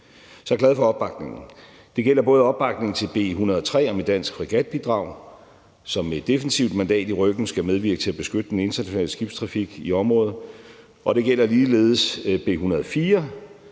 Så jeg er glad for opbakningen. Det gælder både opbakningen til B 103 om et dansk fregatbidrag, der som et defensivt mandat i ryggen skal medvirke til at beskytte den internationale skibstrafik i området, og det gælder ligeledes B 104,